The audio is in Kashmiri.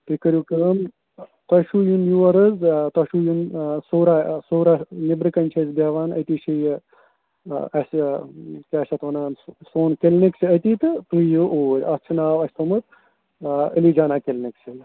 تُہۍ کٔرِو کٲم تۄہہِ چھُو یُِن یور حظ آ تۄہہِ چھُو یُِن صورہ صورہ نیٚبرٕ کَنہِ چھِ أسۍ بیٚہوان أتی چھِ یہِ اَسہِ کیٛاہ چھِ اَتھ وَنان سون کِلنِک چھِ أتی تہٕ تُہۍ یِیِو اوٗرۍ اَتھ چھُ ناو اَسہِ تھوٚمُت علی جانا کِلنِک